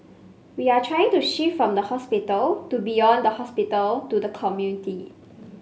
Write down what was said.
we are trying to shift from the hospital to beyond the hospital to the community